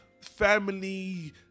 family